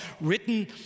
written